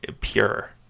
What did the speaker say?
Pure